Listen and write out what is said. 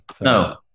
No